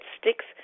sticks